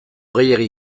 gehiegi